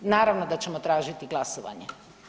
Naravno da ćemo tražiti glasovanje.